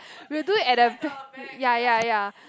we'll do at the ba~ ya ya ya